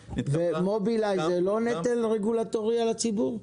מוביליי זה לא נטל רגולטורי על הציבור?